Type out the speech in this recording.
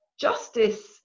justice